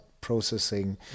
processing